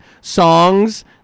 songs